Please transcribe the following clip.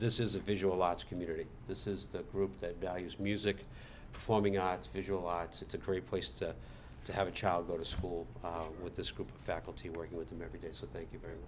this is a visual arts community this is the group that values music performing arts visual arts it's a great place to to have a child go to school with this group of faculty working with them every day so thank you very much